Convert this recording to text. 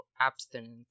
abstinence